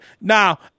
Now